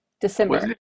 December